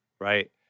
right